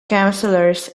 councillors